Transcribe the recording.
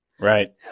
Right